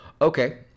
Okay